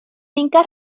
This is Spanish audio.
incas